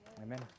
Amen